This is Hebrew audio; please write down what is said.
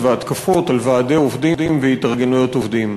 והתקפות על ועדי עובדים והתארגנויות עובדים,